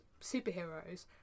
superheroes